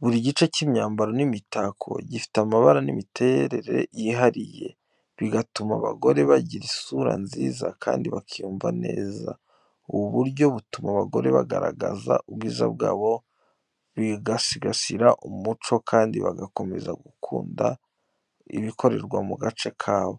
Buri gice cy’imyambaro n’imitako gifite amabara n’imiterere yihariye, bigatuma abagore bagira isura nziza kandi bakiyumva neza. Ubu buryo butuma abagore bagaragaza ubwiza bwabo, bagasigasira umuco kandi bagakomeza gukunda ibikorerwa mu gace kabo.